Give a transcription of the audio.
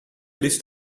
list